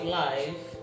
life